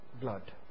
blood